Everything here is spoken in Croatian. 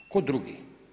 Tko drugi?